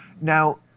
Now